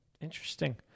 Interesting